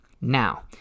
Now